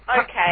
Okay